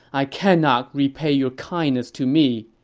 i cannot repay your kindness to me!